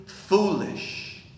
foolish